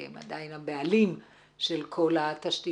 כי הם עדיין הבעלים של כל התשתיות,